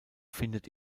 findet